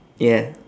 ya